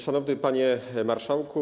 Szanowny Panie Marszałku!